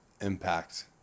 impact